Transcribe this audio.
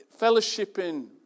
fellowshipping